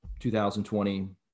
2020